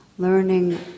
learning